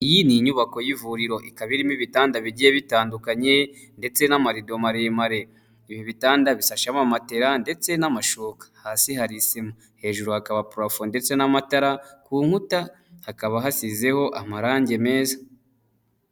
Iyi ni inyubako y'ivuriro ikaba irimo ibitanda bigiye bitandukanye, ndetse n'amarido maremare, ibi bitanda bisashemo amamatera ndetse n'amashuka ,hasi hari isima hejuru hakaba prafo ndetse n'amatara, ku nkuta hakaba hasizeho amarangi meza.